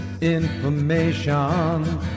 information